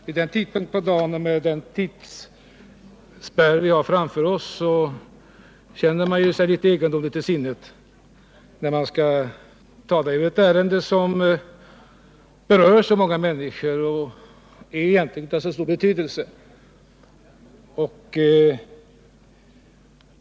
Vid denna tidpunkt på dagen och med den tidsspärr vi har framför oss känner man sig litet egendomlig till sinnes när man skall tala i ett ärende som berör så många människor och som egentligen har stor betydelse.